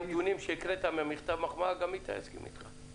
על הדברים שהקראת ממכתב המחמאה גם איתי יסכים איתך,